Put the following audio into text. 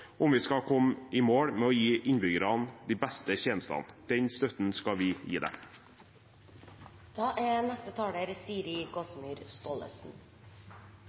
om vi skal komme i mål med å gi innbyggerne de beste tjenestene. Den støtten skal vi gi dem. Norge er